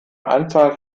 anzahl